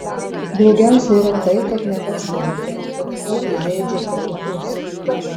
blogiausia yra tai kad nepastebite kad tuo žeidžiate kitus